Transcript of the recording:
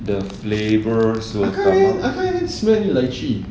I can't even I can't even smell the lychee